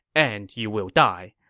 and you will die.